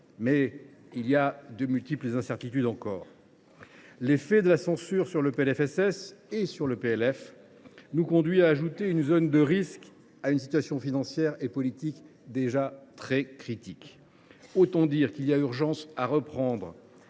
Mais demeurent de multiples incertitudes. L’effet de la censure sur le PLFSS et sur le PLF nous conduit à ajouter une zone de risque à une situation financière et politique déjà très critique. Autant dire qu’il y a urgence à reprendre